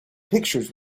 pictures